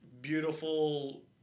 beautiful